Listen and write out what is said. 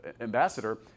ambassador